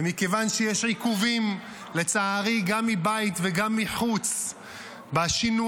ומכיוון שלצערי יש עיכובים גם מבית וגם מחוץ בשינויים